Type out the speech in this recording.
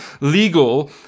legal